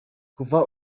kuva